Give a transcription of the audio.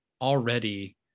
already